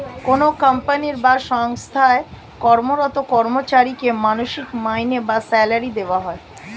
কোনো কোম্পানি বা সঙ্গস্থায় কর্মরত কর্মচারীকে মাসিক মাইনে বা স্যালারি দেওয়া হয়